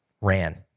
ran